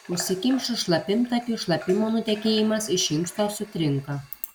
užsikimšus šlapimtakiui šlapimo nutekėjimas iš inksto sutrinka